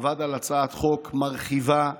עבד על הצעת חוק מרחיבה מאוד.